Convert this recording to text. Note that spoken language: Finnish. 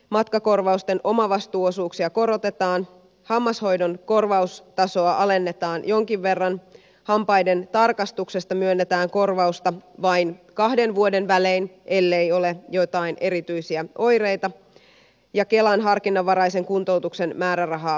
matkakorvausten omavastuuosuuksia korotetaan hammashoidon korvaustasoa alennetaan jonkin verran hampaiden tarkastuksesta myönnetään korvausta vain kahden vuoden välein ellei ole joitain erityisiä oireita ja kelan harkinnanvaraisen kuntoutuksen määrärahaa alennetaan